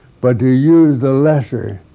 but to use the lesser